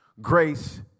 Grace